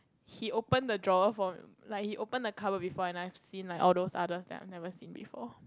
he open the drawer for like he open the colour before and I seen like no other that are I never seen before